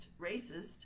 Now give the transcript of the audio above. racist